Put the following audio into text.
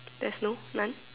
there's no none